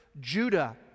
Judah